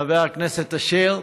חבר הכנסת אשר,